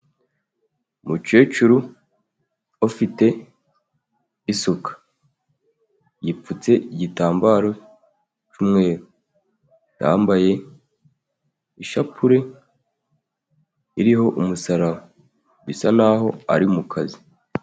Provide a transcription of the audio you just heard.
Umukecuru ufite isuka, yipfutse igitambaro cy'umweru, yambaye ishapure iriho umusaraba, bisa n'aho ari mu kazi.